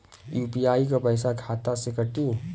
UPI क पैसा खाता से कटी?